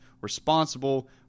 responsible